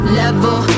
level